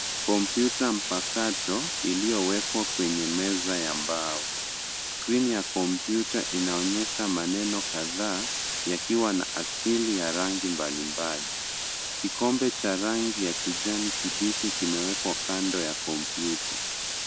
Kompyuta mpakato iliyo wekwa kwenye meza ya mbao .Skrini ya kompyuta inaonyesha maneno kadhaa yakiwa na asili ya rangi mbalimbali. Kikombe cha rangi ya kijani kibichi kimewekwa kando ya kompyuta.